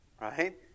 right